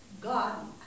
God